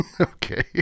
okay